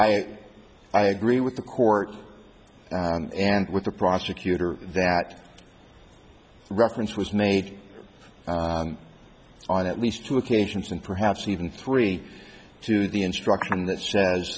how i agree with the court and with the prosecutor that reference was made on at least two occasions and perhaps even three to the instruction that sa